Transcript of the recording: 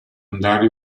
andare